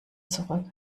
zurück